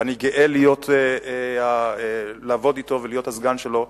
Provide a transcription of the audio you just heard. ואני גאה לעבוד אתו ולהיות הסגן שלו,